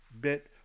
bit